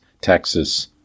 Texas